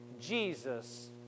Jesus